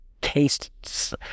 taste